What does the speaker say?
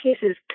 cases